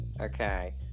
Okay